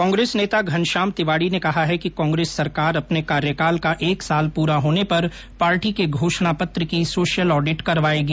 कांग्रेस नेता घनश्याम तिवाड़ी ने कहा है कि कांग्रेस सरकार अपने कार्यकाल का एक साल पूरा होने पर पार्टी के घोषणा पत्र की सोशियल ऑडिट करवाएगी